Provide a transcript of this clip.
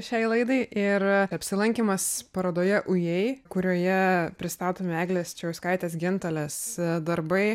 šiai laidai ir apsilankymas parodoje ujei kurioje pristatomi eglės čėjauskaitės gintalės darbai